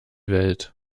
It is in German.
welt